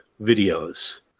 videos